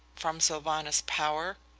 from sylvanus power.